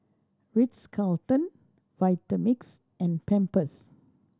Ritz Carlton Vitamix and Pampers